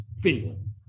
feeling